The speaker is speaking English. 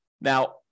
Now